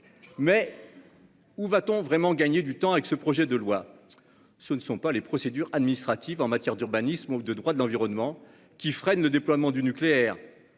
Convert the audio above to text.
où va-t-on vraiment gagner du temps avec ce projet de loi ? Ce ne sont pas les procédures administratives en matière d'urbanisme ou de droit de l'environnement qui freinent le déploiement du nucléaire,